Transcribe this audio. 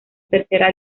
tercera